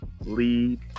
lead